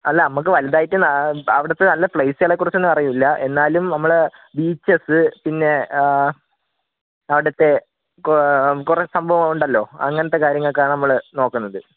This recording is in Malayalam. അല്ല നമുക്ക് വലുതായിട്ട് അവിടുത്തെ നല്ല പ്ലേളെസുകളെ കുറിച്ചൊന്നും അറിയില്ല എന്നാലും നമ്മൾ ബീച്ചസ് പിന്നെ അവിടുത്തെ കോ കുറേ സംഭവം ഉണ്ടല്ലോ അങ്ങനത്തെ കാര്യങ്ങൾക്കാണ് നമ്മൾ നോക്കുന്നത്